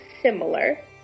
similar